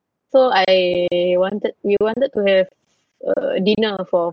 so I wanted we wanted to have uh dinner for